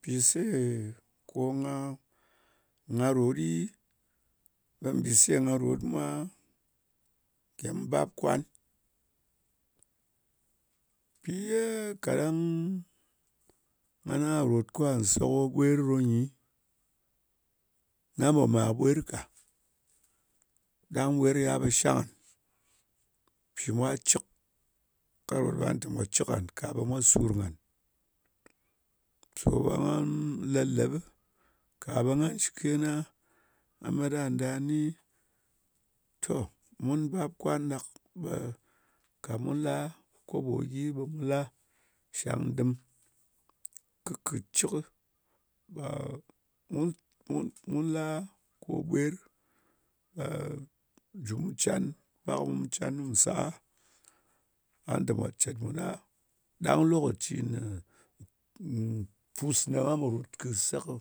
Bise ko nga rot ɗi, ɓe mbise nga rot mwa, mwa gem bap, kwan. Mpì ye kaɗang nga ròt ko ngà se ko ɓwer ɗo nyi, nga pò mar kɨ ɓwer ka, ɗang ɓwer kɨ yal ɓe shang ngan. Mpì mwa cɨk. Nga rot ɓe nga lɨ tè mwà cɨk ngan, ka ɓe mwa sur ngan. So ɓe ngan lēp-lep ɓɨ. Ka ɓe ngan shɨ kena, nga met kà nda ni. To mun bap, kwan ɗak, ɓe ka mu la, kobo gyi ɓe mu la shang dɨm. Kɨ kɨt cɨk, ɓe mu, mu mu la ko bwer, ɓe mu ju can. Pak ɓu can ko mù se a. Nga tè mwà cèt mun a. Ɗang lokaci ne pus ne nga pò ròt kɨ se kɨ